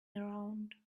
around